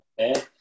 okay